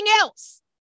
else